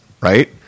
right